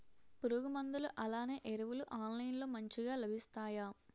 పురుగు మందులు అలానే ఎరువులు ఆన్లైన్ లో మంచిగా లభిస్తాయ?